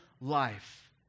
life